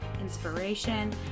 inspiration